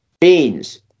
beans